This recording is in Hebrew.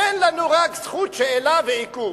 תן לנו רק זכות שאלה ועיכוב.